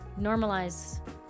normalize